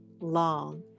long